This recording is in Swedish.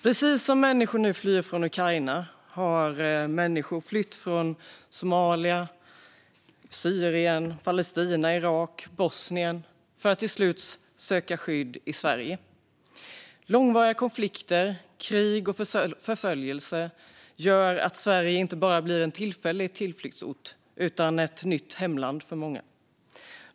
Precis som människor nu flyr från Ukraina har människor flytt från Somalia, Syrien, Palestina, Irak och Bosnien för att till slut söka skydd i Sverige. Långvariga konflikter, krig och förföljelse gör att Sverige inte bara blir en tillfällig tillflyktsort utan ett nytt hemland för många.